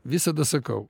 visada sakau